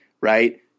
Right